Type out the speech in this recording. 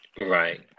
Right